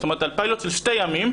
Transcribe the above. זאת אומרת על פיילוט של שני ימים,